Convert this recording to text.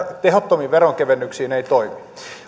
tehottomiin veronkevennyksiin eivät toimi